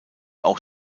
auch